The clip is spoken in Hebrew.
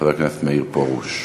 חבר הכנסת מאיר פרוש.